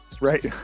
right